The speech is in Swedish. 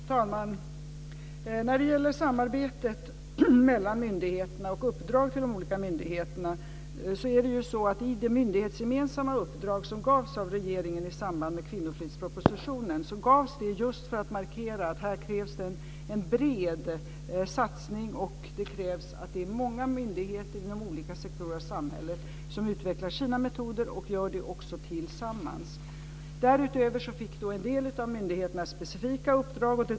Fru talman! När det gäller samarbete mellan myndigheter och uppdrag till de olika myndigheterna gavs det ett myndighetsgemensamt uppdrag av regeringen i samband med kvinnofridspropositionen just för att markera att det här krävs en bred satsning. Det krävs att det är många myndigheter inom olika sektorer av samhället som utvecklar sina metoder och som också gör det tillsammans. Därutöver fick en del av myndigheterna specifika uppdrag.